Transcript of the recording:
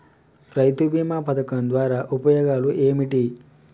రైతు బీమా పథకం ద్వారా ఉపయోగాలు ఏమిటి?